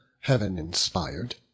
heaven-inspired